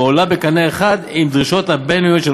ועולה בקנה אחד עם הדרישות הבין-לאומיות של